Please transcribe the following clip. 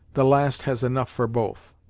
the last has enough for both.